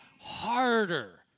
harder